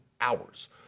hours